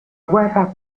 guerra